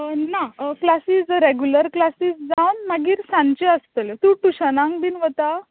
ना क्लासीस जर regular classes जावन मागीर सांजच्यो आसतल्यो तूं टूशनांक बीन वता